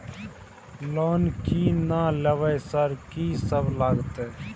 Loan की ना लेबय सर कि सब लगतै?